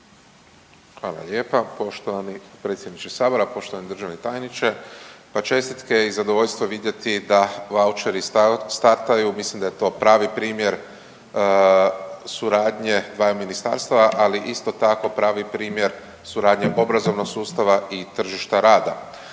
Hvala lijepa. Poštovani predsjedniče Sabora, poštovani državni tajniče. Pa čestitke i zadovoljstvo je vidjeti da vaučeri startaju, mislim da je to pravi primjer suradnje dvaju ministarstva, ali isto tako pravi primjer suradnje obrazovnog sustava i tržišta rada.